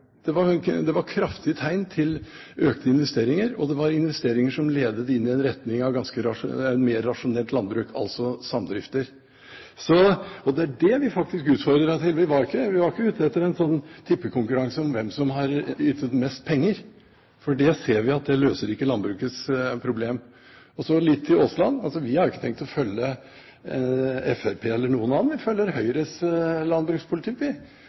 det var kraftige tegn til økte investeringer, og det var investeringer som ledet i retning av et mer rasjonelt landbruk, altså samdrifter. Og det er det vi faktisk utfordrer. Vi var ikke ute etter en sånn tippekonkurranse om hvem som har ytt mest penger, for det ser vi ikke løser landbrukets problem. Og så litt til Aasland: Vi har ikke tenkt å følge Fremskrittspartiet eller noen andre. Vi følger Høyres landbrukspolitikk.